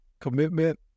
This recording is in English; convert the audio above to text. commitment